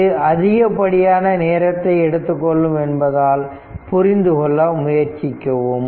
இது அதிகப்படியான நேரத்தை எடுத்துக்கொள்ளும் என்பதால் புரிந்துகொள்ள முயற்சிக்கவும்